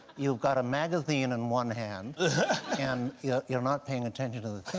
you've got a magazine in one hand and you're you're not paying attention to the